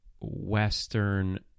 western